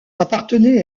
appartenait